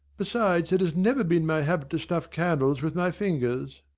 besides, it has never been my habit to snuff candles with my fingers.